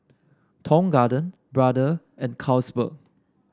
Tong Garden Brother and Carlsberg